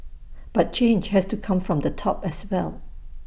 but change has to come from the top as well